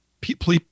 people